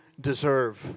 deserve